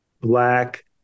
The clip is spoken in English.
black